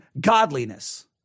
godliness